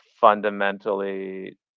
fundamentally